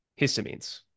histamines